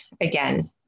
again